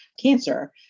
cancer